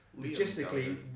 logistically